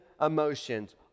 emotions